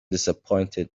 disappointed